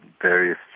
various